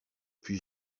puis